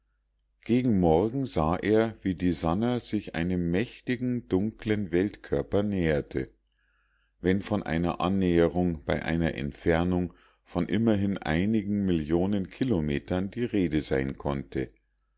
gegen morgen sah er wie die sannah sich einem mächtigen dunklen weltkörper näherte wenn von einer annäherung bei einer entfernung von immerhin einigen millionen kilometern die rede sein konnte